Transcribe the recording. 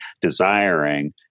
desiring